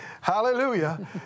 Hallelujah